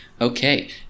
Okay